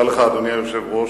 אדוני היושב-ראש,